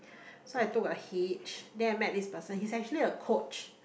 so I took a hitch then I met this person he's actually a coach